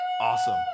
Awesome